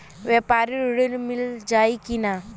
व्यापारी ऋण मिल जाई कि ना?